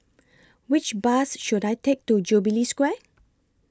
Which Bus should I Take to Jubilee Square